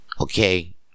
Okay